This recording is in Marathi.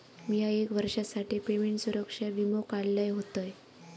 मिया एक वर्षासाठी पेमेंट सुरक्षा वीमो काढलय होतय